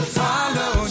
follow